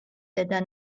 ზედა